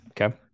Okay